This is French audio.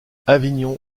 avignon